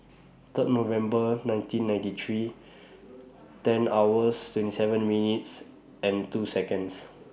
Third November nineteen ninety three ten hours twenty seven minutes and two Seconds